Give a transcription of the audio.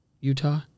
Utah